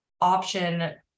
option